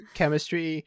chemistry